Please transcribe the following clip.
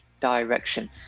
direction